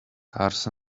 cars